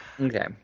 Okay